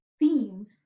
theme